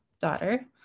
daughter